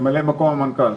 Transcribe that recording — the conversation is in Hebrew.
ממלא מקום המנכ"ל.